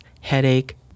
headache